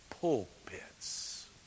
pulpits